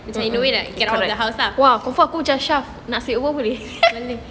mmhmm confirm aku macam shaf nak stay over boleh